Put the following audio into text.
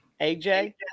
AJ